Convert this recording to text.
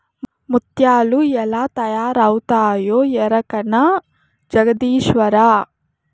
ముత్యాలు ఎలా తయారవుతాయో ఎరకనా జగదీశ్వరా